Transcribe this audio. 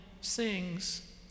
sings